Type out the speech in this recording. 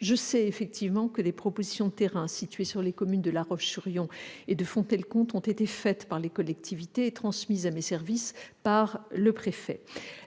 Je sais que des propositions de terrains situés sur les communes de La Roche-sur-Yon et de Fontenay-le-Comte ont été formulées par les collectivités et transmises à mes services par le préfet.